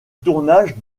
tournage